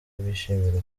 bishimira